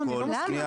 למה?